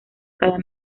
cada